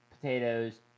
Potatoes